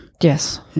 Yes